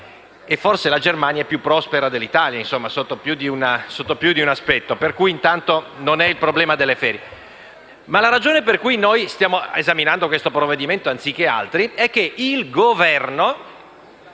forse la Germania è più prospera dell'Italia, sotto più di un aspetto, quindi intanto il problema non sono le ferie. La ragione per cui noi stiamo esaminando questo provvedimento anziché altri è che il Governo